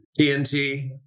TNT